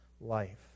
life